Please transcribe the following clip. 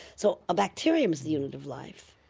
so a bacterium is the unit of life,